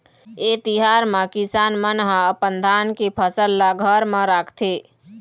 ए तिहार म किसान मन ह अपन धान के फसल ल घर म राखथे